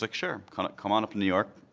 like sure, kind of come on up to new york,